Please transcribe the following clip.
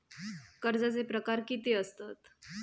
कर्जाचे प्रकार कीती असतत?